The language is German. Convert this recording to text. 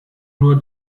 nur